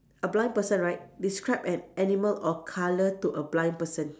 a blind person right describe an animal or colour to a blind person